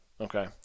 Okay